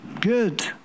Good